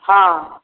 हँ